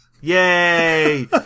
Yay